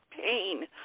pain